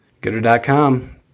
Gooder.com